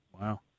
Wow